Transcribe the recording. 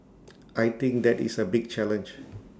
I think that is A big challenge